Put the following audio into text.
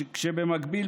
כשבמקביל,